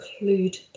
include